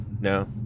No